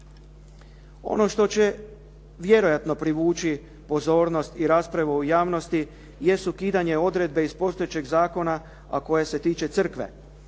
Ono što će vjerojatno privući pozornost i raspravu u javnosti jesu kidanje odredbe iz postojećeg zakona a koje se tiče Crkve.